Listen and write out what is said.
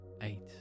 eight